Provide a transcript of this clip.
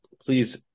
please